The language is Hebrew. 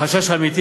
החשש האמיתי